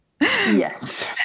Yes